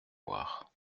voir